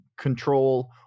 control